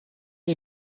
you